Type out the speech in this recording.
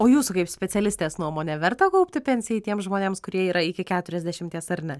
o jūsų kaip specialistės nuomone verta kaupti pensijai tiems žmonėms kurie yra iki keturiasdešimties ar ne